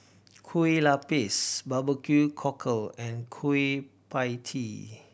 Kueh Lupis barbecue cockle and Kueh Pie Tee